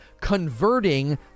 converting